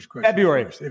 February